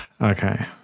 Okay